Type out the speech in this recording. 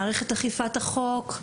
מערכת אכיפת החוק,